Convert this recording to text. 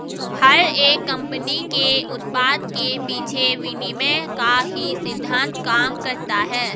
हर एक कम्पनी के उत्पाद के पीछे विनिमय का ही सिद्धान्त काम करता है